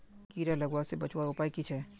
कीड़ा लगवा से बचवार उपाय की छे?